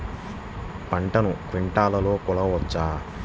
పంటను క్వింటాల్లలో కొలవచ్చా?